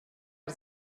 els